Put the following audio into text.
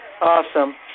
Awesome